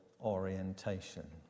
orientation